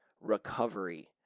recovery